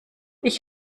ich